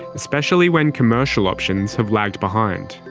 especially when commercial options have lagged behind.